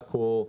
עכו,